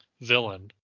villain